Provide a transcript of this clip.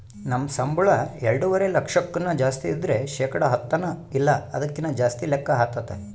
ನಮ್ ಸಂಬುಳ ಎಲ್ಡುವರೆ ಲಕ್ಷಕ್ಕುನ್ನ ಜಾಸ್ತಿ ಇದ್ರ ಶೇಕಡ ಹತ್ತನ ಇಲ್ಲ ಅದಕ್ಕಿನ್ನ ಜಾಸ್ತಿ ಲೆಕ್ಕ ಆತತೆ